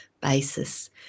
basis